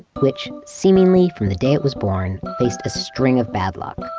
which, seemingly from the day it was born, faced a string of bad luck.